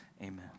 amen